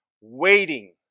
Waiting